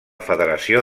federació